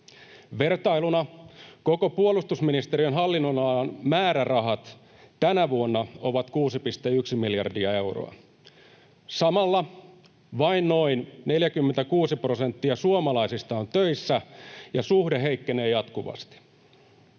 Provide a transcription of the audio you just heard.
Vertailuna koko puolustusministeriön hallinnonalan määrärahat tänä vuonna ovat 6,1 miljardia euroa. Samalla vain noin 46 prosenttia suomalaista on töissä, ja suhde heikkenee jatkuvasti,